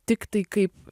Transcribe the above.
tiktai kaip